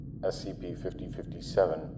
SCP-5057